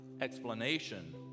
explanation